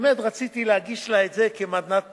באמת, רציתי להגיש לה את זה כמתנת פרידה,